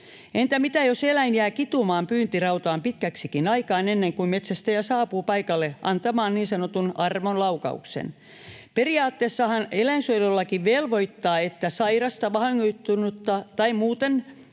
Entä jos eläin jää kitumaan pyyntirautaan pitkäksikin aikaa, ennen kuin metsästäjä saapuu paikalle antamaan niin sanotun armonlaukauksen? Periaatteessahan eläinsuojelulaki velvoittaa, että sairasta, vahingoittunutta tai muuten